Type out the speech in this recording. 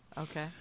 Okay